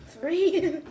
three